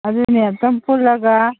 ꯑꯗꯨꯅꯦ ꯑꯝꯇꯪ ꯄꯨꯜꯂꯒ